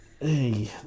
hey